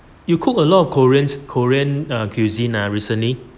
you cook a lot of koreans korean err cuisine ah recently